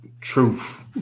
Truth